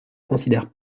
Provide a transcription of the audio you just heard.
considère